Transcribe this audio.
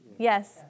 Yes